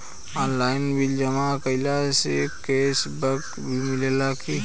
Online bill जमा कईला से कैश बक भी मिलेला की?